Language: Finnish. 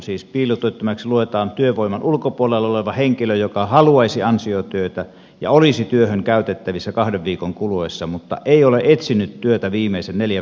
siis piilotyöttömäksi luetaan työvoiman ulkopuolella oleva henkilö joka haluaisi ansiotyötä ja olisi työhön käytettävissä kahden viikon kuluessa mutta ei ole etsinyt työtä viimeisen neljän viikon aikana